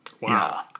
Wow